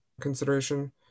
consideration